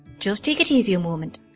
just take it easy a moment,